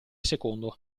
secondo